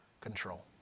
control